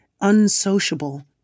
unsociable